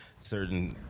certain